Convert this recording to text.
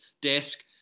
desk